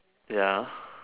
ya